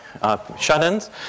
shut-ins